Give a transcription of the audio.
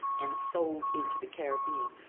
and sold into the caribbean,